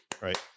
right